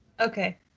Okay